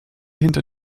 hinter